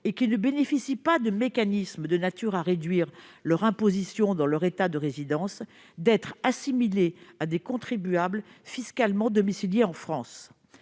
et qui ne bénéficient pas de mécanismes de nature à réduire leur imposition dans leur État de résidence, d'être assimilées à des contribuables fiscalement domiciliés en France.